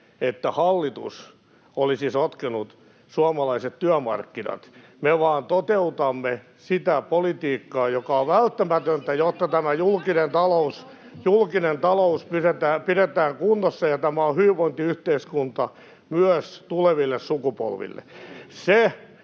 että hallitus olisi sotkenut suomalaiset työmarkkinat. Me vain toteutamme sitä politiikkaa, joka on välttämätöntä, jotta julkinen talous pidetään kunnossa ja tämä on hyvinvointiyhteiskunta myös tuleville sukupolville.